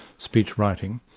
speech writing.